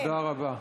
תודה רבה.